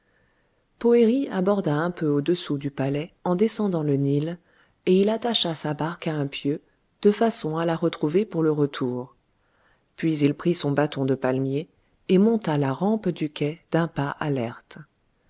aborda un peu au-dessous du palais en descendant le nil et il attacha sa barque à un pieu de façon à la retrouver pour le retour puis il prit son bâton de palmier et monta la rampe du quai d'un pas alerte